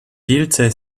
pilze